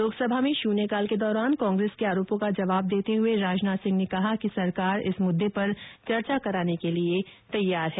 लोकसभा में शून्यकाल के दौरान कांग्रेस के आरोपो का जवाब देते हुए राजनाथ सिंह ने कहा कि सरकार इस मुद्दे पर चर्चा कराने के लिए तैयार है